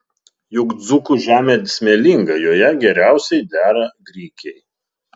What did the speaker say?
juk dzūkų žemė smėlinga joje geriausiai dera grikiai